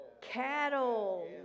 cattle